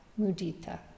mudita